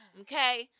Okay